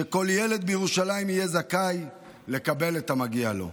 שכל ילד בירושלים יהיה זכאי לקבל את המגיע לו,